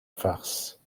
farce